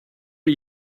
are